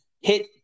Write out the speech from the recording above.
hit